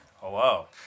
Hello